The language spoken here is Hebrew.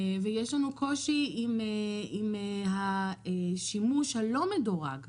ויש לנו קושי עם השימוש הלא מדורג.